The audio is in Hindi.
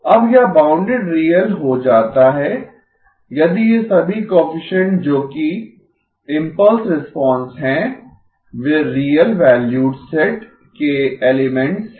अब यह बाउंडेड रियल हो जाता है यदि ये सभी कोएफिसिएन्ट जोकि इम्पल्स रिस्पांस हैं वे रियल वैल्यूड सेट के एलिमेंट्स हैं